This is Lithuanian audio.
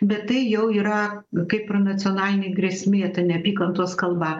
bet tai jau yra kaip ir nacionalinė grėsmė ta neapykantos kalba